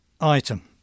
Item